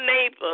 neighbor